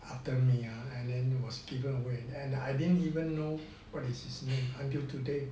after me ah and then was given away and then I didn't even know what is his name until today